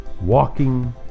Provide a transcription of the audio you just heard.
walking